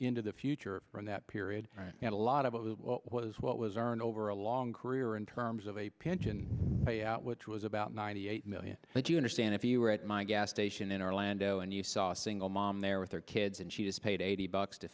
into the future from that period and a lot of it was what was earned over a long career in terms of a pension payout which was about ninety eight million but you understand if you were at my gas station in orlando and you saw single mom there with their kids and she was paid eighty bucks to